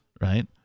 right